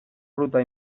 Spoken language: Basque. fruta